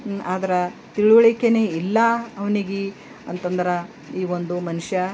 ಅದ್ರೆ ತಿಳುವಳಿಕೆಯೇ ಇಲ್ಲ ಅವ್ನಿಗೆ ಅಂತಂದ್ರೆ ಈ ಒಂದು ಮನುಷ್ಯ